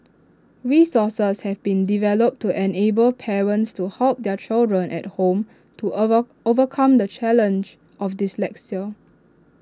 resources have been developed to enable parents to help their children at home to over overcome the challenge of dyslexia